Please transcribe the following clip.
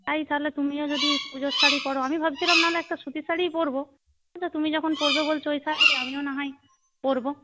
তাই তা হলে তুমিও যদি পুজোর শাড়ি পরো আমি ভাবছিলাম না হলে একটা সুতির শাড়িই পরবো আচ্ছা তুমি যখন পরবে বলছ ওই শাড়ি আমিও না হয় পরবো